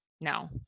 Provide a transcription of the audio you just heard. No